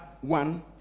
one